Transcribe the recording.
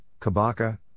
Kabaka